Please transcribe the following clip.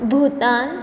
Bhutan